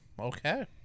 okay